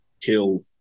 kill